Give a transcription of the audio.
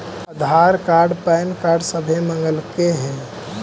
आधार card PAN card सभे मगलके हे?